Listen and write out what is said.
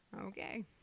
okay